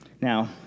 Now